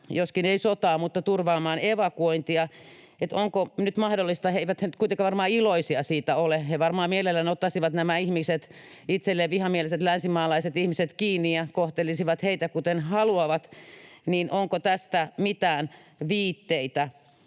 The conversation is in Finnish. joskaan ei sotaan, mutta turvaamaan evakuointia. Onko tämä nyt mahdollista? Eivät he nyt kuitenkaan varmaan iloisia siitä ole, he varmaan mielellään ottaisivat nämä ihmiset, itselleen vihamieliset länsimaalaiset ihmiset, kiinni ja kohtelisivat heitä kuten haluavat. Onko tästä mitään viitteitä?